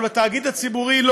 אבל בתאגיד הציבורי,